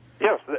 Yes